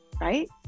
Right